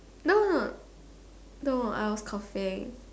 no no no I was coughing